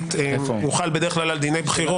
גלעד, בבקשה תצא.